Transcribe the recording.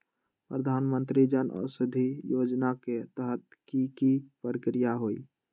प्रधानमंत्री जन औषधि योजना के तहत की की प्रक्रिया होई?